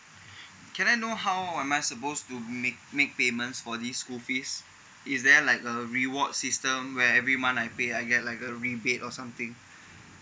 can I know how am I suppose to make make payments for this school fees is there like a reward system where every month I pay I get like a rebate or something